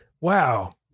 wow